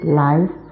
life